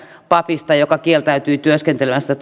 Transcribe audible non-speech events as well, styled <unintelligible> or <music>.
papista joka kieltäytyi työskentelemästä <unintelligible>